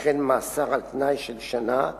וכן מאסר על-תנאי של שנה,